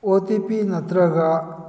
ꯑꯣ T P ꯅꯠꯇ꯭ꯔꯒ